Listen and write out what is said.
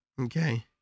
okay